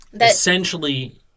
Essentially